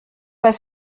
pas